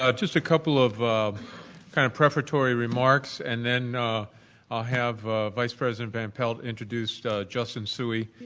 ah just a couple of of kind of preparatory remarks and then i'll have vice president van pelt introduce justin tsui